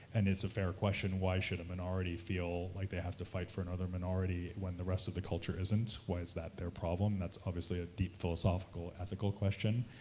and it's a fair question. why should a minority feel like they have to fight for another minority, when the rest of the culture isn't? why is that their problem? that's obviously a deep philosophical, ethical question.